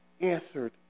answered